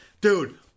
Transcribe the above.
Dude